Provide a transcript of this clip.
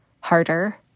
harder